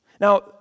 Now